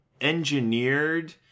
engineered